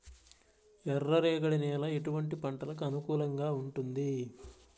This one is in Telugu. ఎర్ర రేగడి నేల ఎటువంటి పంటలకు అనుకూలంగా ఉంటుంది?